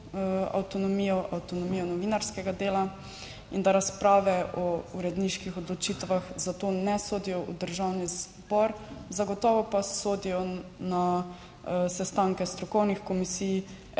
avtonomijo, avtonomijo novinarskega dela in da razprave o uredniških odločitvah zato ne sodijo v Državni zbor. Zagotovo pa sodijo na sestanke strokovnih komisij